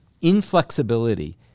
Inflexibility